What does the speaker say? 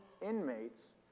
inmates